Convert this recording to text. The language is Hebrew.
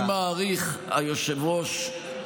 היושב-ראש,